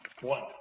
One